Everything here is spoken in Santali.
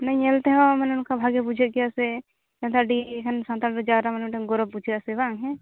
ᱱᱩᱭ ᱧᱮᱞ ᱛᱮᱦᱚᱸ ᱢᱟᱱᱮ ᱚᱱᱠᱟ ᱵᱷᱟᱜᱮ ᱵᱩᱡᱷᱟᱹᱜ ᱜᱮᱭᱟ ᱥᱮ ᱮᱱᱦᱚ ᱟᱹᱰᱤ ᱥᱟᱱᱛᱟᱲ ᱡᱟᱨᱣᱟ ᱢᱟᱱᱮ ᱟᱹᱰᱤ ᱜᱚᱨᱚᱵᱽ ᱵᱩᱡᱷᱟᱹ ᱟᱥᱮ ᱵᱟᱝ ᱦᱮᱸ